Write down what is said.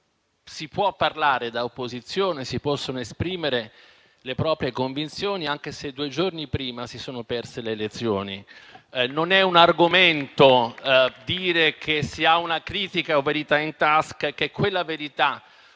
si può parlare da opposizione e si possono esprimere le proprie convinzioni anche se due giorni prima si sono perse le elezioni. Non è un argomento dire che si ha una critica o la verità in tasca e che quella verità